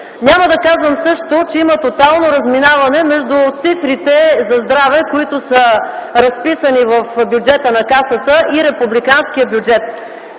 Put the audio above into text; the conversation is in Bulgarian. Няма да казвам също, че има тотално разминаване между цифрите за здраве, разписани в бюджета на Касата, и републиканския бюджет.